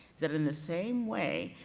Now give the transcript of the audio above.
that in the same way,